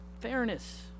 fairness